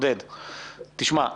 תשמע,